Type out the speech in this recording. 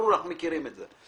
הצרכים ברור, אנחנו מכירים את זה.